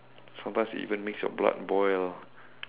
sometimes it even makes your blood boil